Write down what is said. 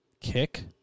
kick